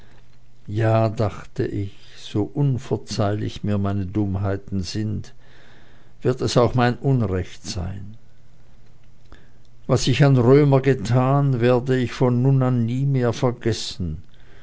ja dachte ich so unverzeihlich mir meine dummheiten sind wird es auch mein unrecht sein was ich an römer getan werde ich von nun an nie mehr vergessen